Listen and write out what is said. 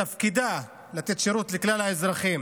מתן שירות לכלל האזרחים